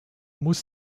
muss